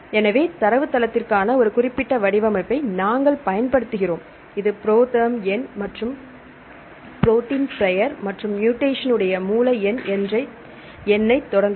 எனவே தரவுத்தளத்திற்கான ஒரு குறிப்பிட்ட வடிவமைப்பை நாங்கள் பயன்படுத்துகிறோம் இது புரோதெர்ம் எண் மற்றும் ப்ரோடீன் பெயர் மற்றும் முடேஷன் உடைய மூல என்ற எண்ணைத் தொடங்குங்கள்